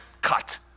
cut